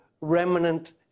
remnant